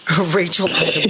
Rachel